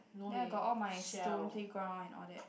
then I got all my stone playground and all that